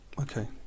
Okay